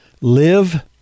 live